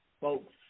folks